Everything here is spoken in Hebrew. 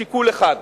שיקול אחד: